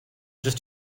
just